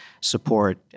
support